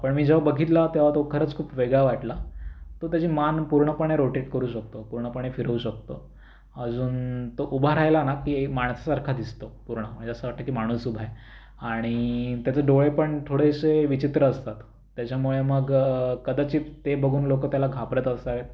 पण मी जेव्हा बघितला तेव्हा तो खरंच खूप वेगळा वाटला तो त्याची मान पूर्णपणे रोटेट करू शकतो पूर्णपणे फिरवू शकतो अजून तो उभा राहिला ना की माणसासारखा दिसतो पूर्ण म्हणजे असं वाटतं की माणूस उभा आहे आणि त्याचे डोळे पण थोडेसे विचित्र असतात त्याच्यामुळे मग कदाचित ते बघून लोक त्याला घाबरत असावेत